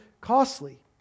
costly